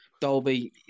Dolby